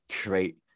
create